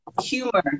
Humor